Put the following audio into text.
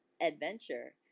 adventure